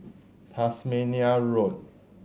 Tasmania Road